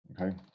Okay